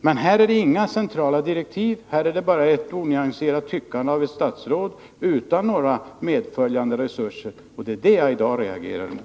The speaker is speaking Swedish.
Men här är det inte fråga om några centrala direktiv — här är det bara ett onyanserat tyckande av ett statsråd utan några medföljande resurser. Det är det jag i dag reagerar emot.